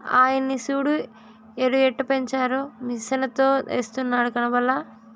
ఆయన్ని సూడు ఎరుయెట్టపెంచారో మిసనుతో ఎస్తున్నాడు కనబల్లా